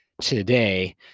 today